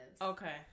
Okay